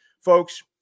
Folks